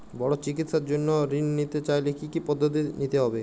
বড় চিকিৎসার জন্য ঋণ নিতে চাইলে কী কী পদ্ধতি নিতে হয়?